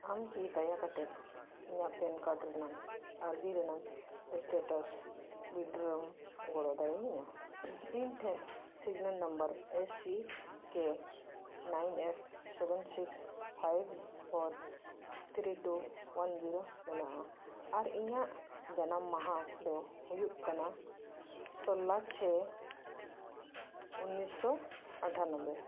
ᱟᱢ ᱠᱤ ᱫᱟᱭᱟ ᱠᱟᱛᱮᱫ ᱤᱧᱟᱹᱜ ᱯᱮᱱ ᱠᱟᱨᱰ ᱨᱮᱱᱟᱜ ᱟᱨᱡᱤ ᱨᱮᱱᱟᱜ ᱥᱴᱮᱴᱟᱥ ᱩᱭᱤᱛᱷᱰᱨᱚᱢ ᱜᱚᱲᱚ ᱫᱟᱲᱮᱭᱤᱧᱟ ᱤᱧ ᱴᱷᱮᱱ ᱥᱤᱜᱤᱞᱟᱱ number A C K nine eight seven six five four three two one zero ᱢᱮᱱᱟᱜᱼᱟ ᱟᱨ ᱤᱧᱟᱹᱜ ᱡᱟᱱᱟᱢ ᱢᱟᱦᱟ ᱫᱚ ᱦᱩᱭᱩᱜ ᱠᱟᱱᱟ ᱥᱳᱞᱞᱳ ᱪᱷᱚᱭ ᱩᱱᱤᱥᱥᱚ ᱟᱴᱷᱟ ᱱᱚᱵᱽᱵᱳᱭ